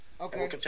Okay